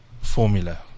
Formula